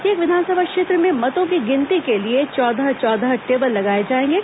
प्रत्येक विधानसभा क्षेत्र में मतों की गिनती के लिए चौदह चौदह टेबल लगाए जाएंगे